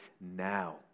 now